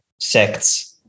sects